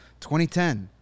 2010